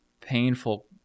painful